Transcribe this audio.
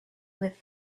with